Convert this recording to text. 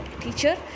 Teacher